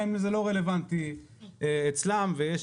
גם אם זה לא רלבנטי אצלם ויש,